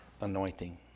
anointing